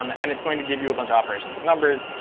um and it's going to give you a bunch operations with numbers.